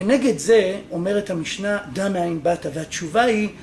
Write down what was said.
ונגד זה אומרת המשנה דע מאין באת והתשובה היא